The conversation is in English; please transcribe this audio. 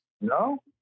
No